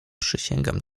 przysięgam